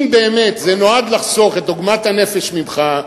אם באמת זה נועד לחסוך את עוגמת הנפש ממך,